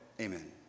Amen